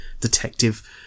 detective